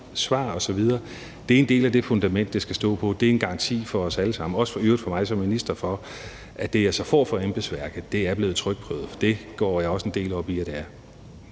svar osv., en del af det fundament, det skal stå på. Det er en garanti for os alle sammen, øvrigt også for mig som minister for, at det, jeg får fra embedsværket, er blevet trykprøvet. Det går jeg også en del op i at det er.